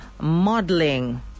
modeling